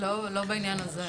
לא בעניין הזה.